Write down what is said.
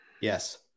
Yes